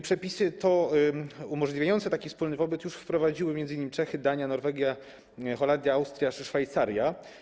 Przepisy umożliwiające taki wspólny pobyt już wprowadziły m.in. Czechy, Dania, Norwegia, Holandia, Austria czy Szwajcaria.